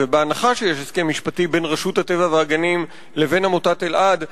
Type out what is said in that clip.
ובהנחה שיש הסכם משפטי בין רשות הטבע והגנים לבין עמותת אלע"ד,